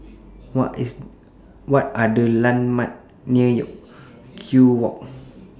What Are The landmarks near Kew Walk